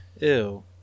Ew